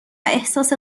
احساس